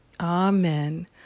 Amen